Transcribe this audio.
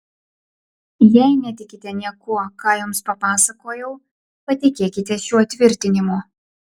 jei netikite niekuo ką jums papasakojau patikėkite šiuo tvirtinimu